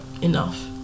enough